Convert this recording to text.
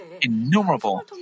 innumerable